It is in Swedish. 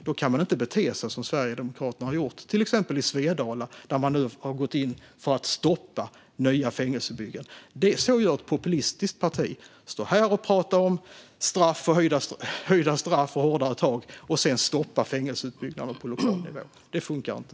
Då kan man inte bete sig som Sverigedemokraterna har gjort i till exempel Svedala där de har gått in för att stoppa det nya fängelsebygget. Så gör ett populistiskt parti. Att först stå här och tala om höjda straff och hårdare tag och sedan stoppa ett fängelsebygge på lokal nivå, det funkar inte.